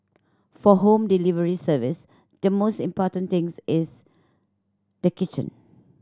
for home delivery service the most important things is the kitchen